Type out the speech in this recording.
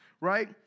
right